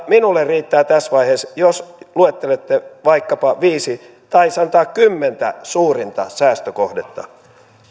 minulle riittää tässä vaiheessa jos luettelette vaikkapa viisi tai sanotaan kymmenen suurinta säästökohdetta